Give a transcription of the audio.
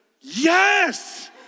yes